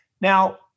Now